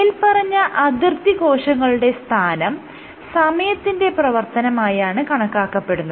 മേല്പറഞ്ഞ അതിർത്തി കോശങ്ങളുടെ സ്ഥാനം സമയത്തിന്റെ പ്രവർത്തനമായാണ് കണക്കാക്കപ്പെടുന്നത്